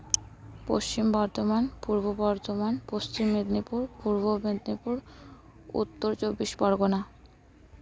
Paschim Bardhaman Purba Bardhaman Paschim Medinipur Purba Medinipur Uttar Chabbis Pargana